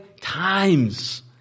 times